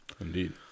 Indeed